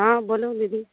हँ बोलू दीदी